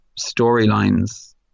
storylines